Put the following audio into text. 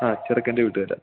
ആ ചെറുക്കൻ്റെ വീട്ടുകാരാണ്